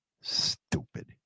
Stupid